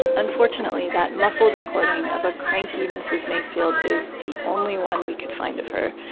unfortunately, that muffled recording of a cranky mrs. macefield is the only one we could find of her.